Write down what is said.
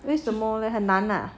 为什么很难那啊